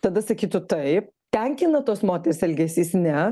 tada sakytų taip tenkina tos moters elgesys ne